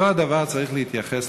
אותו הדבר צריך להתייחס,